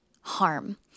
harm